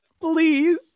please